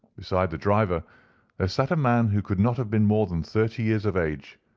beside the driver there sat a man who could not have been more than thirty years of age,